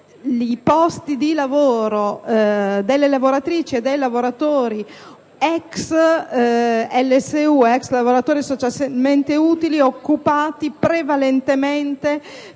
i posti di lavoro delle lavoratrici e dei lavoratori ex LSU (lavoratori socialmente utili) occupati prevalentemente